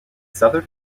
southern